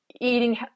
eating